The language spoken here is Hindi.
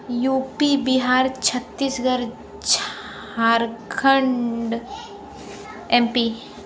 you P Bihar Chhattisgarh Jharkhand M P